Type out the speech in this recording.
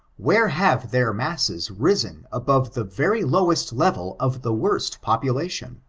where have their masses risen above the very lowest level of the worst populatbn seven